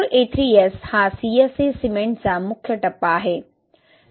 C4A3S हा CSA सिमेंटचा मुख्य टप्पा आहे